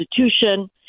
institution